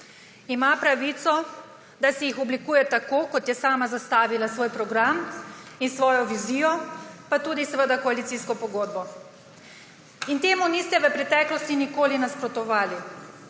Ima pravico, da si jih oblikuje tako, kot je sama zastavila svoj program in svojo vizijo pa tudi seveda koalicijsko pogodbo. Temu niste v preteklosti nikoli nasprotovali.